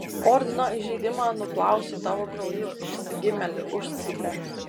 ordino įžeidimą nuplausiu tavo krauju išsigimėli užcypė